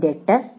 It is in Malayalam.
8 4